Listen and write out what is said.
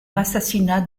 l’assassinat